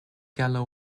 gallo